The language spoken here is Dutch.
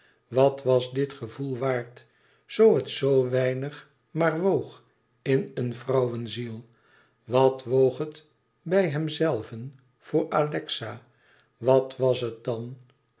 wat was dit gevoel waard zoo het z weinig maar woog in eene vrouweziel wat woog het bij hemzelven voor alexa wat was het dan